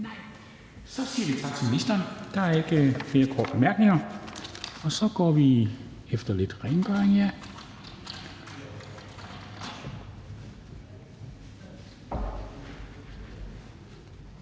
Så siger vi tak til ministeren. Der er ikke flere korte bemærkninger. Så går vi efter lidt rengøring